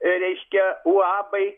reiškia uabai